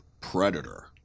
Predator